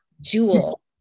jewel